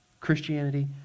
Christianity